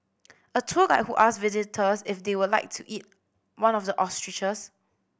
a tour guide who asked visitors if they would like to eat one of the ostriches